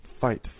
fight